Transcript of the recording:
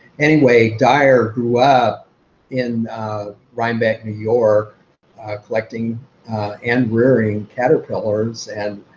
anyway, dyar grew up in rhinebeck, new york collecting and rearing caterpillars and